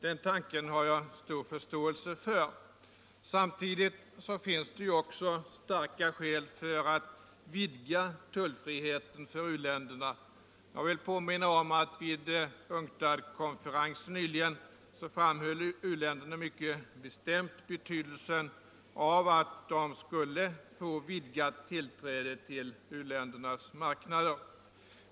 Den tanken har jag stor förståelse för. Samtidigt finns det också starka skäl för att vidga tullfriheten för u-länderna. Jag vill påminna om att vid UNCTAD-konferensen nyligen framhöll u-länderna mycket bestämt betydelsen av att de skulle få vidgat tillträde till i-ländernas marknader.